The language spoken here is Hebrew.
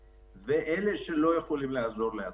ואלה שלא יכולים לעזור לעצמם.